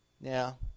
Now